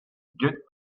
get